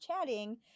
chatting